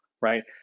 Right